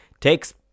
takes